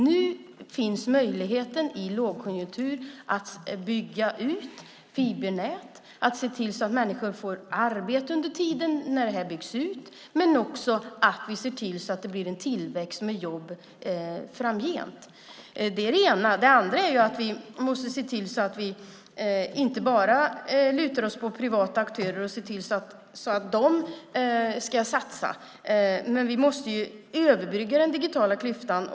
Nu i lågkonjunktur finns möjlighet att bygga ut fibernät, att se till att människor får arbete när detta byggs ut och att se till att det blir en tillväxt med jobb också framgent. Det är det ena. Det andra är att vi måste se till att inte bara luta oss mot privata aktörer som ska satsa. Vi måste överbrygga den digitala klyftan.